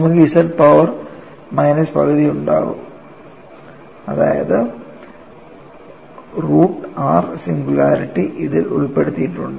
നമുക്ക് z power minus പകുതി ഉണ്ടാകും അതായത് റൂട്ട് r സിംഗുലാരിറ്റി ഇതിൽ ഉൾപ്പെടുത്തിയിട്ടുണ്ട്